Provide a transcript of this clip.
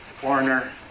foreigner